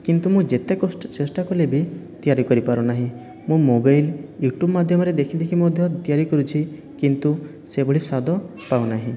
କିନ୍ତୁ ମୁଁ ଯେତେ ଚେଷ୍ଟା କଲେ ବି ତିଆରି କରିପାରୁନାହିଁ ମୁଁ ମୋବାଇଲ୍ ୟୁଟ୍ୟୁବ୍ ମାଧ୍ୟମରେ ଦେଖିଦେଖି ମଧ୍ୟ ତିଆରି କରିଛି କିନ୍ତୁ ସେଭଳି ସ୍ୱାଦ ପାଉନାହିଁ